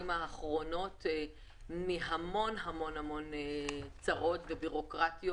האחרונות מהמון צרות ובירוקרטיות.